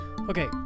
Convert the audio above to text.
okay